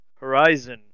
Horizon